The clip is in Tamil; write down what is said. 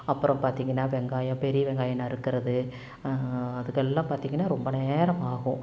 அப்புறம் பார்த்திங்கன்னா வெங்காயம் பெரிய வெங்காயம் நறுக்கிறது அதுக்கெல்லாம் பார்த்திங்கன்னா ரொம்ப நேரம் ஆகும்